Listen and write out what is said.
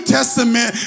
Testament